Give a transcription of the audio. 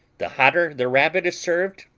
the hotter the rabbit is served,